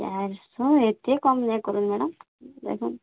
ଚାଏର୍ ଶହ ଏତେ କମ୍ ନାଇଁ କରୁନ୍ ମ୍ୟାଡ଼ମ୍ ଦେଖୁନ୍